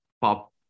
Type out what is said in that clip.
pop